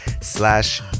slash